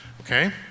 Okay